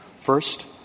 First